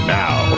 now